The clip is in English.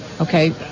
Okay